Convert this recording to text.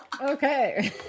Okay